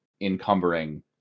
encumbering